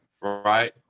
right